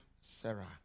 Sarah